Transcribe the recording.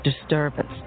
disturbance